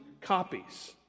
copies